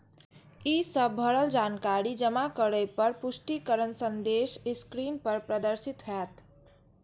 ई सब भरल जानकारी जमा करै पर पुष्टिकरण संदेश स्क्रीन पर प्रदर्शित होयत